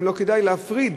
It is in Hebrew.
אם לא כדאי להפריד,